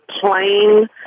plain